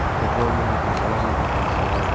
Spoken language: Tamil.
பெட்ரோல் அந்த செலவெலாம் பார்க்கணுங்க சார்